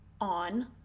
on